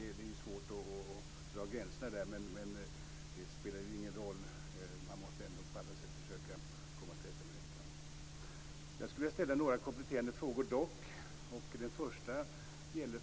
Det är svårt att dra gränserna, men det spelar ingen roll. Man måste ändå på alla sätt försöka komma till rätta med detta. Jag vill dock ställa några kompletterande frågor. Den första gäller